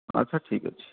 ଆଚ୍ଛା ଠିକ୍ ଅଛି